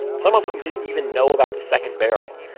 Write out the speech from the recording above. some of whom didn't even know about the second barrel,